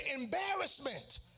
embarrassment